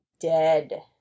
dead